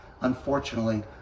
Unfortunately